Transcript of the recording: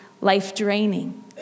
life-draining